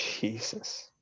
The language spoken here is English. Jesus